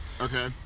Okay